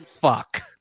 fuck